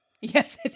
Yes